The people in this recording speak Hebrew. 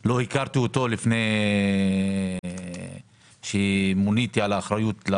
לא הכרתי לפני מוניתי להיות אחראי על